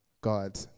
God